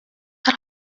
tal